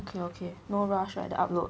okay okay no rush right the upload